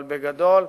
אבל בגדול,